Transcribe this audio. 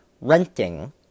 renting